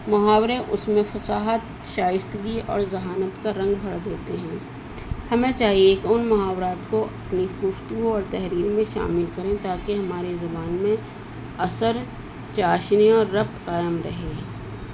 محاورے اس میں فصاحت شائستگی اور ذہانت کا رنگ بھر دیتے ہیں ہمیں چاہیے کہ ان محاورات کو اپنی خفتو اور تحریر میں شامل کریں تاکہ ہماری زبان میں اثر چاشنی اور رقط قائم رہے